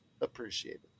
appreciated